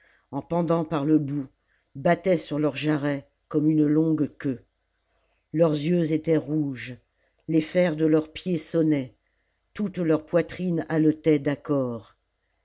en pendant par le bout battait sur leurs jarrets comme une longue queue leurs yeux étaient rouges les fers de leurs pieds sonnaient toutes leurs poitrines haletaient d'accord